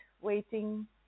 waiting